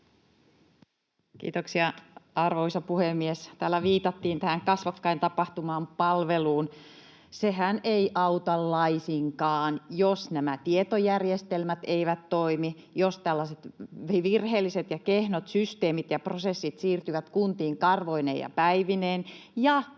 Kiitoksia, arvoisa puhemies! Täällä viitattiin tähän kasvokkain tapahtuvaan palveluun. Sehän ei auta laisinkaan, jos nämä tietojärjestelmät eivät toimi, jos tällaiset virheelliset ja kehnot systeemit ja prosessit siirtyvät kuntiin karvoineen päivineen ja